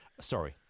Sorry